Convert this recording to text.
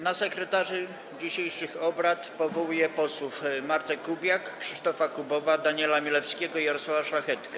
Na sekretarzy dzisiejszych obrad powołuję posłów Martę Kubiak, Krzysztofa Kubowa, Daniela Milewskiego i Jarosława Szlachetkę.